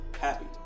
happy